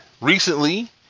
recently